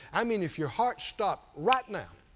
i mean, if your heart stopped right now,